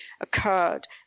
occurred